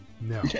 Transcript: no